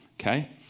okay